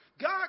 God